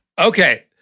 Okay